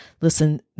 Listen